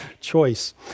choice